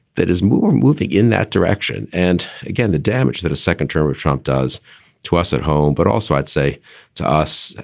that is more moving in that direction. and again, the damage that a second term of trump does to us at home. but also, i'd say to us,